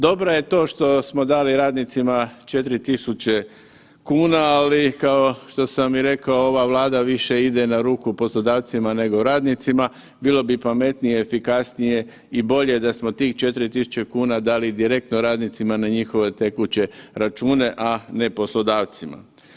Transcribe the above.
Dobro je to što smo dali radnicima 4.000 kuna ali kao što sam i rekao ova Vlada više ide na ruku poslodavcima nego radnicima, bilo bi pametnije, efikasnije i bolje da smo tih 4.000 kuna dali direktno radnicima na njihove tekuće račune, a ne poslodavcima.